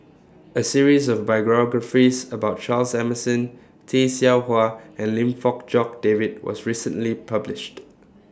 A series of biographies about Charles Emmerson Tay Seow Huah and Lim Fong Jock David was recently published